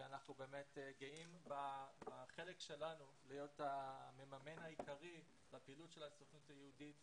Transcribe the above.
ואנחנו באמת גאים בחלק שלנו להיות המממן העיקרי לפעילות הסוכנות היהודית